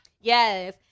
Yes